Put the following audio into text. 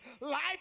life